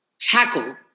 tackle